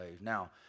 now